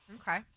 Okay